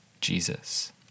Jesus